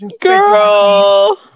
Girl